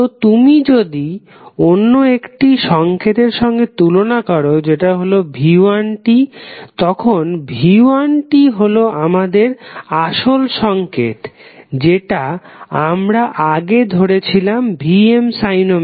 তো তুমি যদি অন্য একটি সঙ্কেতের সঙ্গে তুলনা করো যেটা হলো v1t তখন v1t হলো আমাদের আসল সংকেত যেটা আমরা আগে ধরে নিয়েছিলাম Vmωt